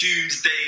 Tuesday